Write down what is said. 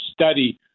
study